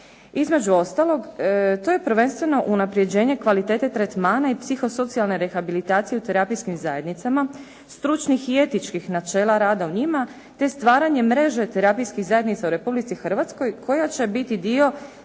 Između ostalog, to je prvenstveno unapređenje kvalitete tretmana i psihosocijalne rehabilitacije u terapijskim zajednicama, stručnih i etičkih načela rada u njima te stvaranje mreže terapijskih zajednica u Republici Hrvatskoj koja će biti dio